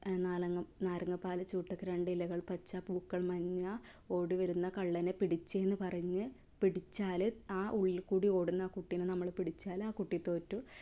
നാരങ്ങാ നാരങ്ങാ പാല് ചൂട്ടക്ക് രണ്ട് ഇലകൾ പച്ച പൂക്കൾ മഞ്ഞ ഓടി വരുന്ന കള്ളനെ പിടിച്ചേന്ന് പറഞ്ഞു പിടിച്ചാല് ആ ഉള്ളിൽക്കൂടി ഓടുന്ന കുട്ടീനെ നമ്മൾ പിടിച്ചാൽ ആ കുട്ടി തോറ്റു